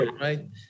right